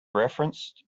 referenced